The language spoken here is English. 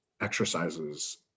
exercises